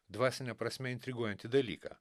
dvasine prasme intriguojantį dalyką